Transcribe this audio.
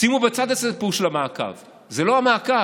שימו בצד את הסיפור של המעקב, זה לא המעקב,